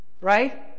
Right